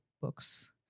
books